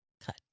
cut